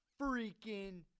freaking